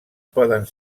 poden